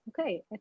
Okay